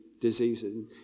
diseases